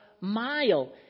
mile